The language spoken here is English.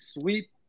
sweep